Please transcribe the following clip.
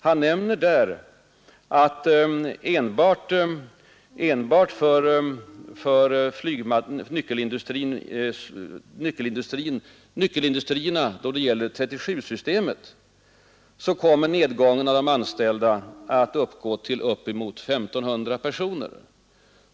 Han nämner där att enbart för nyckelindustrierna då det gäller 37-systemet kommer nedgången av de anställda att uppgå till bortåt 1 500 personer.